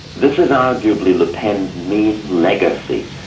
this is arguably le pen's main legacy,